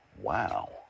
Wow